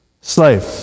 Slave